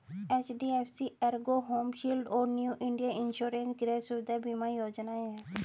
HDFC Ergo home shield और New India Insurance गृह सुविधा बीमा योजनाएं हैं